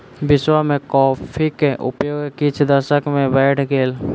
विश्व में कॉफ़ीक उपयोग किछ दशक में बैढ़ गेल